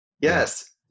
yes